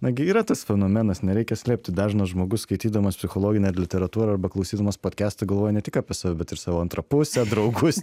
na gi yra tas fenomenas nereikia slėpti dažnas žmogus skaitydamas psichologinę literatūrą arba klausydamas podkasto galvoja ne tik apie save bet ir savo antrą pusę draugus